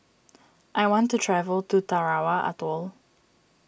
I want to travel to Tarawa Atoll